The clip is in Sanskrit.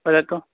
वदतु